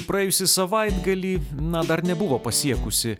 praėjusį savaitgalį na dar nebuvo pasiekusi